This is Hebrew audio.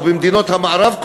או במדינות המערב,